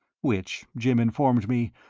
which, jim informed me,